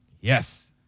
Yes